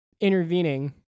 intervening